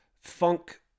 funk